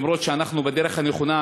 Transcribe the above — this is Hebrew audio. למרות שאנחנו בדרך הנכונה,